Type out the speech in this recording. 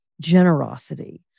generosity